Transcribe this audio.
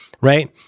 right